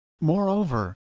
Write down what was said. Moreover